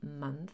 month